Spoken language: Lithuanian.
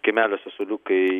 kiemeliuose suoliukai